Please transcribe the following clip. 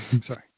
Sorry